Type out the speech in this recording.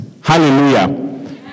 hallelujah